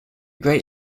great